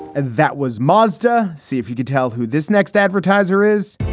and that was mazda. see if you could tell who this next advertiser is.